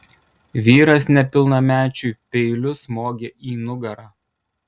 vyras nepilnamečiui peiliu smogė į nugarą